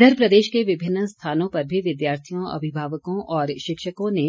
इधर प्रदेश के विभिन्न स्थानों पर भी विद्यार्थियों अभिभावकों और शिक्षकों ने